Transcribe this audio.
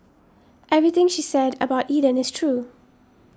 everything she said about Eden is true